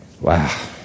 Wow